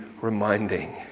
reminding